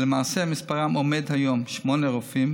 ולמעשה מספרם עומד היום על שמונה רופאים,